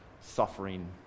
suffering